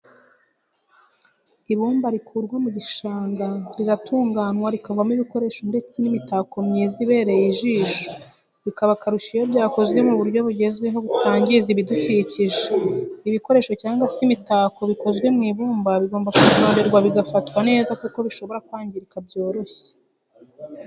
Ibumba rikurwa mu gishanga riratunganywa rikavamo ibikoresho ndetse n'imitako myiza ibereye ijisho bikaba akarusho iyo byakozwe mu buryo bugezweho butangiza ibidukikije. Ibikoresho cyangwa se imitako bikozwe mu ibumba bigomba kwitonderwa bigafatwa neza kuko bishobora kwangirika byoroshye.